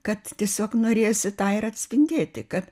kad tiesiog norėjosi tą ir atspindėti kad